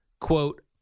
quote